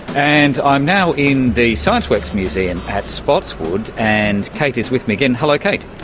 and i'm now in the scienceworks museum at spotswood and kate is with me again. hello kate.